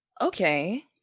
Okay